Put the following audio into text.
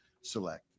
select